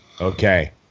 okay